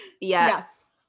Yes